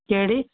कहिड़ी